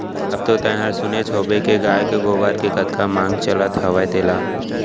अब तो तैंहर सुनेच होबे के गाय के गोबर के कतका मांग चलत हवय तेला